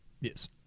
Yes